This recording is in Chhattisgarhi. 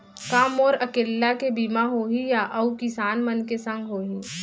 का मोर अकेल्ला के बीमा होही या अऊ किसान मन के संग होही?